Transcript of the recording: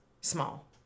small